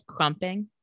crumping